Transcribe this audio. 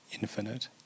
infinite